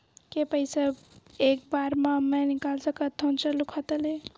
के पईसा एक बार मा मैं निकाल सकथव चालू खाता ले?